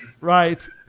Right